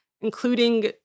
including